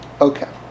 Okay